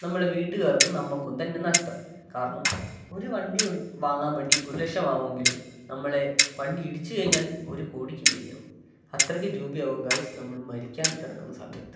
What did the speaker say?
നമ്മളെ വീട്ടുകാർക്കും നമുക്കും തന്നെ നഷ്ടം കാരണം ഒരു വണ്ടി ഓടി വാങ്ങാൻ വേണ്ടി ഒരു ലക്ഷം ആകും എങ്കിലും നമ്മളെ വണ്ടി ഇടിച്ച് കഴിഞ്ഞാൽ ഒരു കോടിക്ക് മേലെയാവും അത്രയ്ക്ക് രൂപയാവും ഗായിസ് നമ്മൾ മരിക്കാൻ കിടക്കുന്ന സമയത്ത്